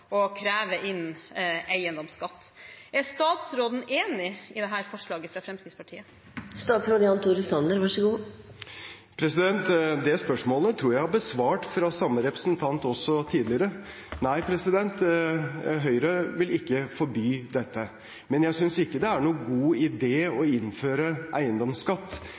å kreve inn eiendomsskatt. Er statsråden enig i dette forslaget fra Fremskrittspartiet? Det spørsmålet tror jeg jeg har besvart – også til samme representant – tidligere. Nei, Høyre vil ikke forby dette. Men jeg synes ikke det er noen god idé å innføre eiendomsskatt